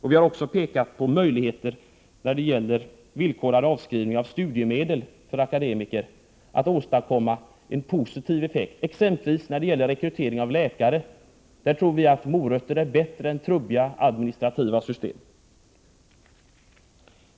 Vi har också pekat på möjligheten att genom villkorad avskrivning av studiemedel för akademiker åstadkomma en positiv effekt. När det gäller exempelvis rekrytering av läkare tror vi att morötter är bättre än trubbiga administrativa system.